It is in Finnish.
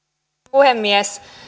puhemies